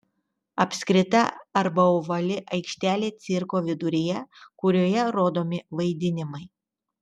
apskrita arba ovali aikštelė cirko viduryje kurioje rodomi vaidinimai